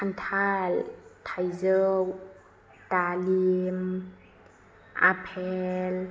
खान्थाल थाइजौ दालिम आफेल